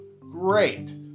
Great